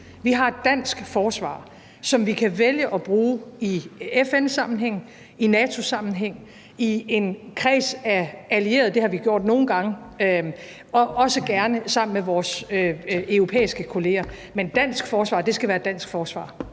Vi har et dansk forsvar, som vi kan vælge at bruge i FN-sammenhæng, i NATO-sammenhæng, i en kreds af allierede – det har vi gjort nogle gange – og også gerne sammen med vores europæiske kollegaer. Men dansk forsvar skal være et dansk forsvar.